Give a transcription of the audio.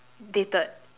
dated